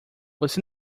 você